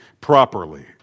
properly